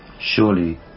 Surely